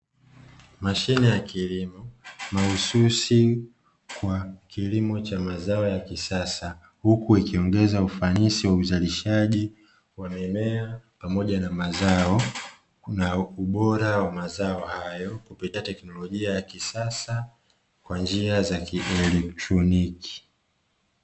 Mashine ya kilimo mahususi kwa kilimo cha mazao ya kisasa huku ikiongeza ufanisi wa uzalishaji wa mimea, pamoja na mazao na ubora wa mazao hayo kupitia teknolojia ya kisasa kwa njia za kielektroniki.